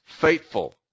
faithful